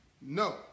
no